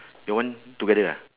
your one together ah